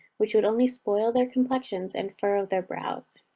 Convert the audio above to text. which would only spoil their complexions, and furrow their brows.